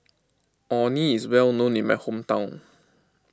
Orh Nee is well known in my hometown